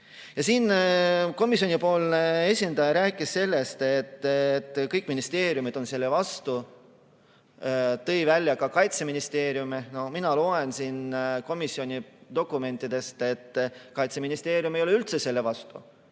loogikat. Komisjoni esindaja rääkis siin sellest, et kõik ministeeriumid on selle vastu, tõi välja ka Kaitseministeeriumi. No mina loen siin komisjoni dokumentidest, et Kaitseministeerium ei ole üldse selle vastu.